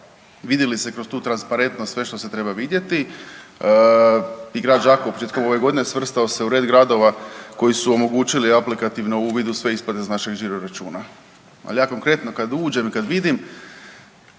Vidi li se kroz tu transparentnost sve što se treba vidjeti i grad Đakovo početkom ove godine svrstao se u red gradova koji su omogućili aplikativno uvid u sve isplate s našeg žiro računa. Ali, ja konkretno, kad uđem i kad vidim